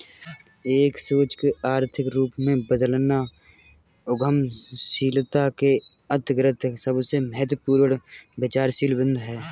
एक सोच को आर्थिक रूप में बदलना उद्यमशीलता के अंतर्गत सबसे महत्वपूर्ण विचारशील बिन्दु हैं